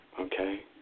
Okay